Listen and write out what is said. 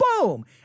boom